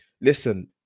Listen